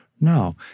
No